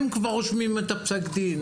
הם כבר רושמים את פסק הדין.